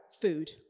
food